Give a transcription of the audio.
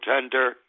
tender